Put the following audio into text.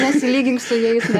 nesilygink su jais